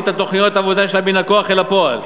את תוכניות העבודה שלהם מן הכוח אל הפועל.